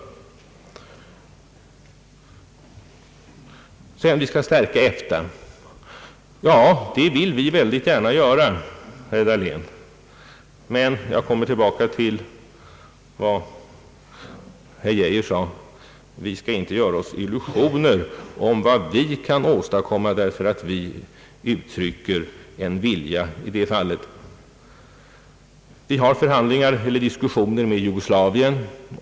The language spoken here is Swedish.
Vi skall stärka EFTA! Ja, det vill vi väldigt gärna göra, herr Dahlén, men jag kommer tillbaka till vad herr Geijer sade om att vi inte skall göra oss illusioner om vad vi kan åstadkomma, därför att vi uttrycker en vilja i det fallet. Vi har förhandlingar eller diskussioner med Jugoslavien.